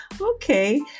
Okay